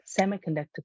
semiconductor